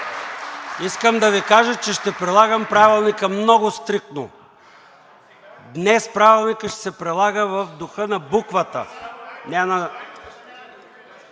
Искам да Ви кажа, че ще прилагам Правилника много стриктно. Днес Правилникът ще се прилага в духа на буквата.